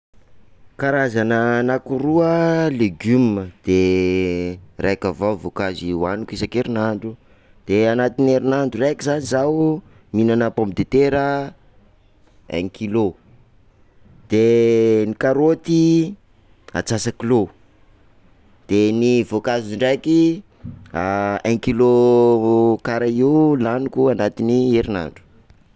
Karazana anakiroa legumes, de raika avao voankazo hoaniko isan-kerinandro, de anatin'ny herinandro raiky zany zaho mihinanana pomme de terre un kilo, de ny karaoty antsasakilao, de ny voankazo ndraiky un kilo karaha io laniko anatin'ny herinandro.